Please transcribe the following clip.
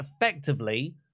effectively